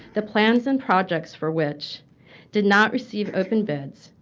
the plans and projects for which did not receive open bids.